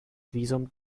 visum